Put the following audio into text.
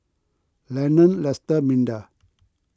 Lenon Lesta Minda